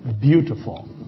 beautiful